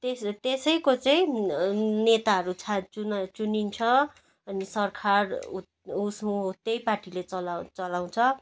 त्यस त्यसको चाहिँ नेताहरू छ चुनिन्छ अनि सरकार उसै त्यही पार्टीले चला चलाउँछ